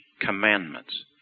commandments